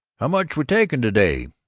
how much we takin' to-day?